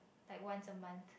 like once a month